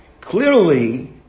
Clearly